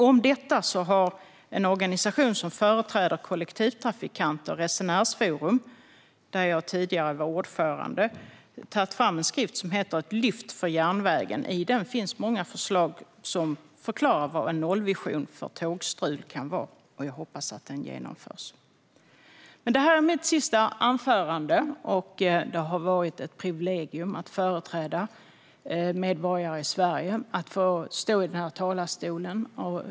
Om detta har en organisation som företräder kollektivtrafikanter där jag tidigare var ordförande, Resenärsforum, tagit fram en skrift som heter Ett lyft för järnvägen . I den finns många förslag som förklarar vad en nollvision för tågstrul kan vara. Jag hoppas att den genomförs. Det här är mitt sista anförande. Det har varit ett privilegium att företräda medborgare i Sverige och att få stå i den här talarstolen.